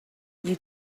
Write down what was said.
you